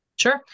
Sure